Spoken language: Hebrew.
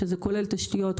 שזה כולל תשתיות,